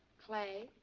clay.